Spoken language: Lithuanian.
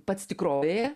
pats tikrovėje